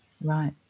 Right